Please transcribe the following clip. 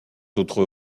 autres